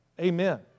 Amen